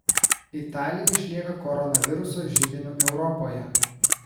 italija išlieka koronaviruso židiniu europoje